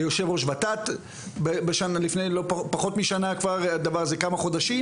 ליו"ר ות"ת לפני פחות משנה כבר כמה חודשים,